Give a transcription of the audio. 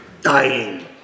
Dying